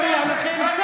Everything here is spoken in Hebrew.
מפריע לכם.